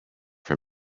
from